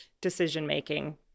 decision-making